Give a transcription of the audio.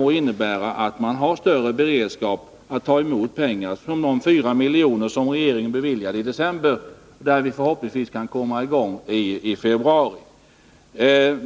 vilket innebär att man kommer att ha större beredskap och att arbeten för pengar från de 4 milj.kr. som regeringen beviljade i december förhoppningsvis kan komma i gång i februari.